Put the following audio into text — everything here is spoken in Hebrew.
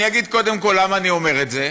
אני אגיד קודם כול למה אני אומר את זה,